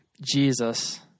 jesus